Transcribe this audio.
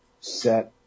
set